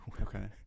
Okay